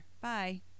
Bye